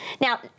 Now